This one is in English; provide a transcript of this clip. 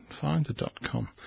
finder.com